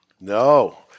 no